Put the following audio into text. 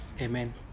Amen